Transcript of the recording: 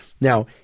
Now